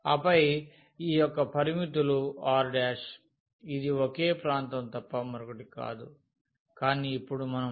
ఆపై ఈ యొక్క ఈ పరిమితులు R ఇది ఒకే ప్రాంతం తప్ప మరొకటి కాదు కానీ ఇప్పుడు మనం u మరియు v లను లెక్కించాలి